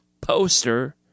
Poster